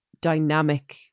dynamic